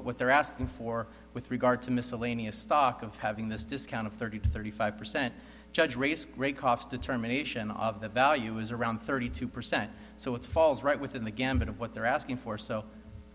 what they're asking for with regard to miscellaneous stock of having this discount of thirty to thirty five percent judge race great cough determination of the value is around thirty two percent so it's falls right within the gamut of what they're asking for so